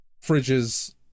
Fridge's